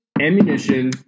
ammunition